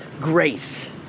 grace